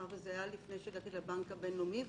זה היה לפני שהגעתי לבנק הבינלאומי.